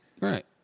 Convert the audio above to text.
Right